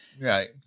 Right